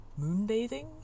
moonbathing